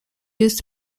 used